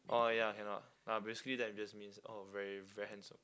oh ya cannot ah basically that just means oh very very handsome